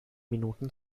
minuten